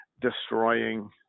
destroying